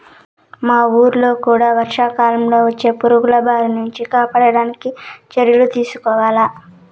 మా వూళ్ళో కూడా వర్షాకాలంలో వచ్చే పురుగుల బారి నుంచి కాపాడడానికి చర్యలు తీసుకోవాల